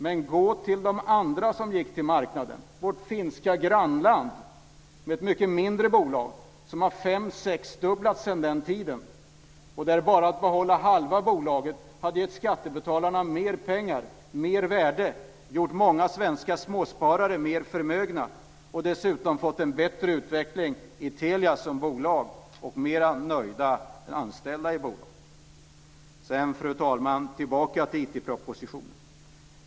Men man kan se på de andra som gick till marknaden. Vårt grannland Finland har ett mycket mindre bolag som har fem eller sexdubblats sedan den tiden. Bara genom att behålla halva bolaget hade man gett skattebetalarna mer pengar, mer värde. Det hade gjort många svenska småsparare mer förmögna, och det hade dessutom blivit en bättre utveckling i Telia som bolag och fler nöjda anställda i bolaget. Fru talman! Jag ska nu gå tillbaka till IT propositionen.